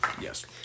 Yes